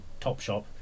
Topshop